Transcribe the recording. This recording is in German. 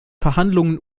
verhandlungen